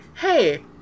hey